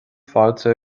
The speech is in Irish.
fáilte